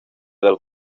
del